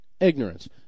ignorance